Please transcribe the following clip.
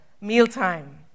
mealtime